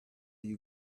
you